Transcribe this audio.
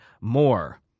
more